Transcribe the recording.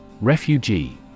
Refugee